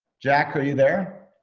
jack, are you there?